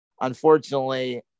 Unfortunately